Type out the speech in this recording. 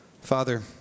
Father